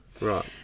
Right